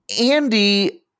Andy